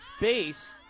base